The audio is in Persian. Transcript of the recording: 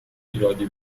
ایرادی